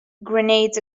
grenades